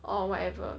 or whatever